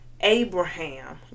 Abraham